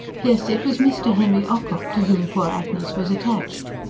yes, it was mr. henry ocock to whom poor agnes was attached.